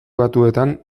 batuetan